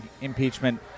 impeachment